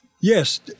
Yes